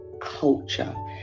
culture